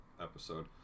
episode